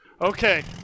Okay